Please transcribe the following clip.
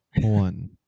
one